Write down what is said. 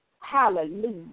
Hallelujah